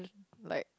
like